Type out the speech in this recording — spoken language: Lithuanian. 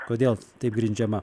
kodėl taip grindžiama